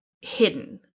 hidden